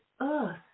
earth